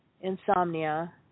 insomnia